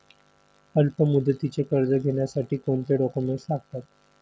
अल्पमुदतीचे कर्ज घेण्यासाठी कोणते डॉक्युमेंट्स लागतात?